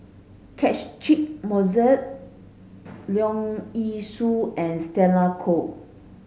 Catchick Moses Leong Yee Soo and Stella Kon